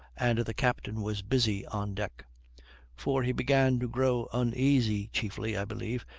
and the captain was busy on deck for he began to grow uneasy, chiefly, i believe,